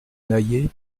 naillet